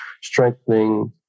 strengthening